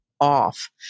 off